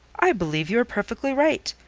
i believe you are perfectly right.